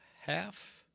half